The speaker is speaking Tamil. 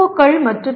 க்கள் மற்றும் பி